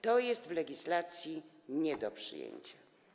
To jest w legislacji nie do przyjęcia.